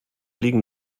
liegen